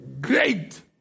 great